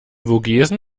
vogesen